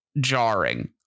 jarring